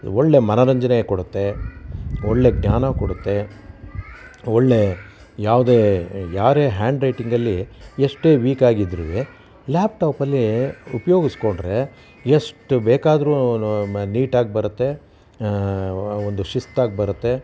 ಒಳ್ಳೆ ಮನೋರಂಜನೆ ಕೊಡುತ್ತೆ ಒಳ್ಳೆ ಜ್ಞಾನ ಕೊಡುತ್ತೆ ಒಳ್ಳೆ ಯಾವುದೇ ಯಾರೇ ಹ್ಯಾಂಡ್ ರೈಟಿಂಗಲ್ಲಿ ಎಷ್ಟೇ ವೀಕ್ ಆಗಿದ್ರೂ ಲ್ಯಾಪ್ ಟಾಪಲ್ಲಿ ಉಪಯೋಗಿಸ್ಕೊಂಡ್ರೆ ಎಷ್ಟು ಬೇಕಾದರೂ ನೀಟಾಗಿ ಬರುತ್ತೆ ಒಂದು ಶಿಸ್ತಾಗಿ ಬರುತ್ತೆ